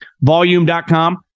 volume.com